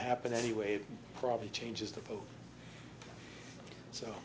happen anyway probably changes the so